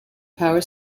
power